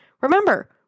Remember